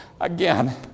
again